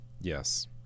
Yes